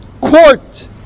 court